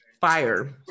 Fire